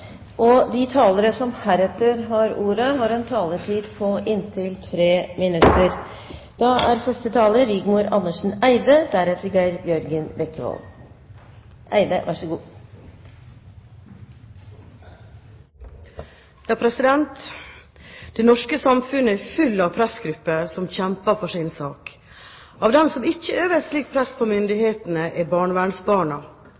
De talere som heretter får ordet, har en taletid på inntil 3 minutter. Det norske samfunnet er fullt av pressgrupper som kjemper for sin sak. Av dem som ikke øver et slikt press på